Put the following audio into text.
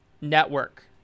network